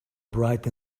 bright